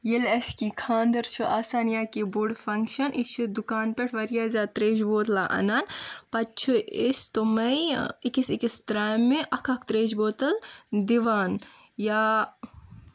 ییٚلہِ اسہِ کہِ خانٛدر چھُ آسان یا کیٚنہہ بوٚڈ فنگشن أسۍ چھِ دُکان پٮ۪ٹھ وارِیاہ زیادٕ ترٛیشہٕ بوتلہٕ انان پتہٕ چھِ أسۍ تٔمے أکِس أکِس ترامہِ اکھ اکھ ترٛیشہٕ بوتل دِوان یا